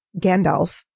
Gandalf